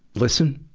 listen,